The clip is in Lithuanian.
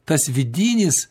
tas vidinis